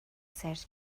سرچ